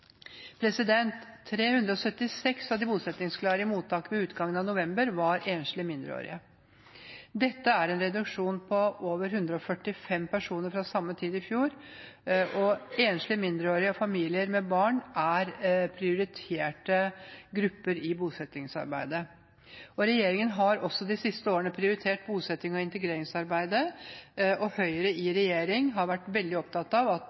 376 av de bosettingsklare i mottak ved utgangen av november var enslige mindreårige. Dette er en reduksjon på over 145 personer fra samme tid i fjor. Enslige mindreårige og familier med barn er prioriterte grupper i bosettingsarbeidet. Regjeringen har også de siste årene prioritert bosettings- og integreringsarbeidet, og Høyre i regjering har vært veldig opptatt av